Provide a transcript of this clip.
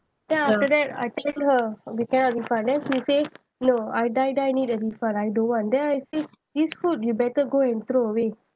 then after that I her we cannot refund then she say no I die die need the refund I don't want then I say this food you better go and throw away